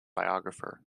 biographer